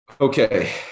Okay